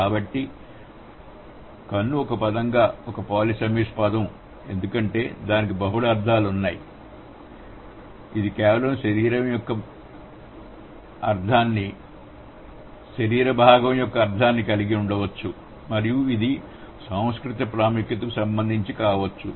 కాబట్టి కన్ను ఒక పదంగా ఒక పాలిసెమస్ పదం ఎందుకంటే దీనికి బహుళ అర్థాలు ఉండవచ్చు ఇది కేవలం శరీర భాగం యొక్క అర్ధాన్ని కలిగి ఉండవచ్చు మరియు ఇది సాంస్కృతిక ప్రాముఖ్యతకు సంబంధించినది కావచ్చు